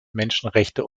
menschenrechte